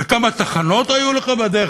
שלוש דקות לרשותך, בבקשה.